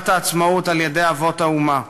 במגילת העצמאות על-ידי אבות האומה: